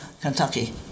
Kentucky